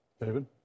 David